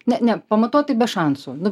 ne ne pamatuot tai be šansų nu